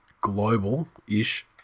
global-ish